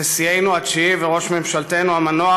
נשיאנו התשיעי וראש ממשלתנו המנוח,